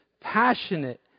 passionate